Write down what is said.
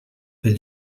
pel